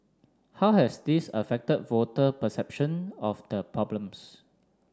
how has this affected voter perception of the problems